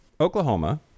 Oklahoma